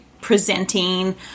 presenting